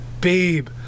babe